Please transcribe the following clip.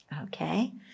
Okay